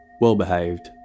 well-behaved